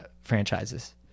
franchises